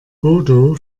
bodo